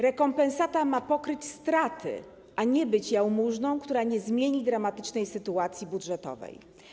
Rekompensata ma pokryć straty, a nie być jałmużną, która nie zmieni dramatycznej sytuacji budżetowej.